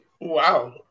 Wow